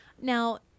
Now